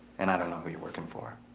and i don't know who you're working for.